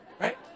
right